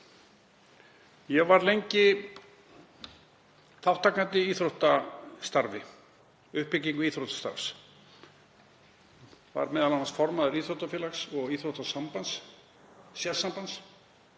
Ég var lengi þátttakandi í íþróttastarfi og uppbyggingu íþróttastarfs, var m.a. formaður íþróttafélags og íþróttasambands, sérsambands,